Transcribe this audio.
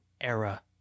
era